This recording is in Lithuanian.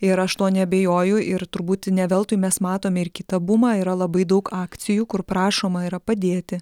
ir aš tuo neabejoju ir turbūt ne veltui mes matome ir kita bumą yra labai daug akcijų kur prašoma yra padėti